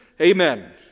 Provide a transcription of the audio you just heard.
amen